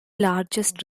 largest